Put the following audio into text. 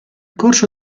corso